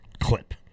clip